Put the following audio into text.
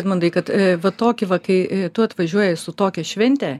edmundai kad va tokį va kai tu atvažiuoji su tokia švente